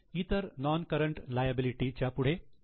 इतर non current liability च्या पुढे NCL